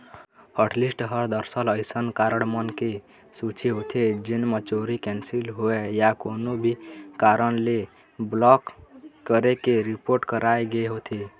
hotlist ह दरअसल अइसन कारड मन के सूची होथे जेन म चोरी, कैंसिल होए या कोनो भी कारन ले ब्लॉक करे के रिपोट कराए गे होथे